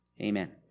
Amen